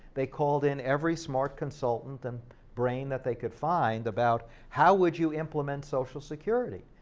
they called in every smart consultant and brain that they could find about how would you implement social security.